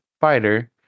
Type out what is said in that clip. fighter